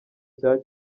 cya